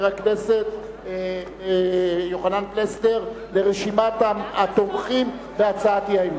הכנסת יוחנן פלסנר לרשימת התומכים בהצעת האי-אמון.